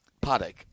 paddock